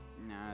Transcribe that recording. Nah